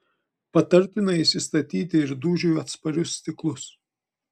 patartina įsistatyti ir dūžiui atsparius stiklus